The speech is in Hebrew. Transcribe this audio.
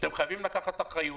אתם חייבים לקחת אחריות.